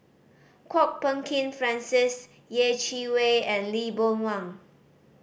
Kwok Peng Kin Francis Yeh Chi Wei and Lee Boon Wang